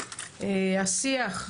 השיח,